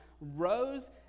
Rose